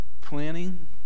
planning